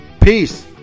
Peace